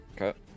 Okay